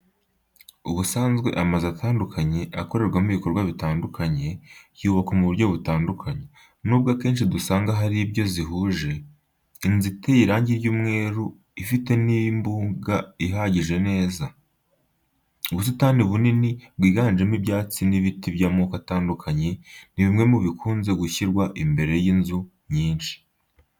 Ubusanzwe amazu atandukanye, akorerwamo ibikorwa binyuranye, yubakwa mu buryo butandukanye. Nubwo akenshi dusanga hari ibyo zihuje. Inzu iteye irangi ry'umweru, ifite n'imbuga iharuye neza. Ubusitani bunini bwiganjemo ibyatsi n'ibiti by'amoko atandukanye ni bimwe mu bikunze gushyirwa imbere y'inzu nyinshi.